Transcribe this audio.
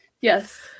Yes